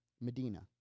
Medina